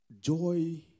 Joy